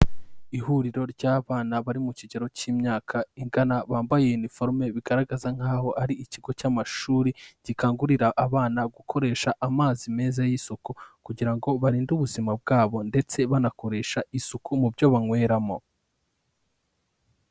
Ihuriro ry'abana bari mu kigero cy'imyaka ingana, bambaye uniforume, bigaragaza nk'aho ari ikigo cy'amashuri gikangurira abana gukoresha amazi meza y'isuku kugira ngo barinde ubuzima bwabo ndetse banakoresha isuku mu byo banyweramo.